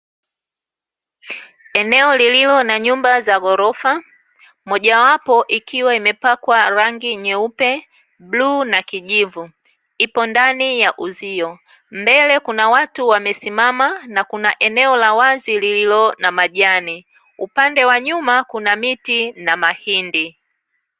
Eneo lililo na nyumba za gorofa, mojawapo, ikiwa imepakwa rangi nyeupe, blue na kijivu ipo ndani ya uzio. Mbele kuna watu wamesimama na kuna eneo la wazi lililo na majani, upande wa nyuma kuna miti na mahindi.